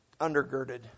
undergirded